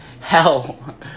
hell